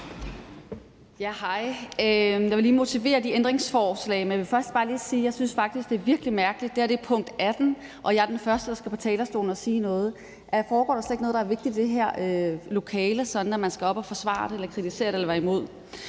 Hej. Jeg vil lige motivere ændringsforslagene, men jeg vil først bare lige sige, at jeg faktisk synes, at det er virkelig mærkeligt, når det her er punkt 18, at jeg er den første, der skal på talerstolen og sige noget. Foregår der slet ikke noget, der er vigtigt i det her lokale, sådan at man skal op og forsvare det eller kritisere det eller være imod?